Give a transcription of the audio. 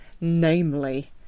namely